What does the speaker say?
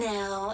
Now